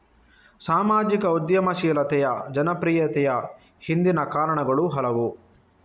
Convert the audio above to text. ಸಾಮಾಜಿಕ ಉದ್ಯಮಶೀಲತೆಯ ಜನಪ್ರಿಯತೆಯ ಹಿಂದಿನ ಕಾರಣಗಳು ಹಲವು